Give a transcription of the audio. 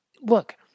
look